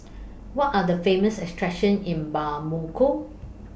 What Are The Famous attractions in Bamako